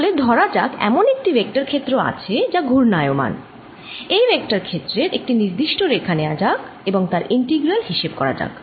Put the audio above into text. তাহলে ধরা যাক এমন একটি ভেক্টর ক্ষেত্র আছে যা ঘূর্ণায়মান এই ভেক্টর ক্ষেত্র এর একটি নির্দিষ্ট রেখা নেয়া যাক এবং তার ইন্টিগ্রাল হিসেব করা যাক